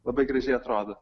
labai gražiai atrodo